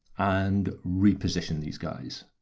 and re-position these guys